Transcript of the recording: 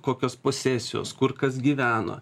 kokios posesijos kur kas gyveno